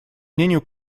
мнению